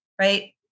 right